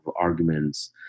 arguments